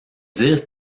dire